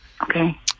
Okay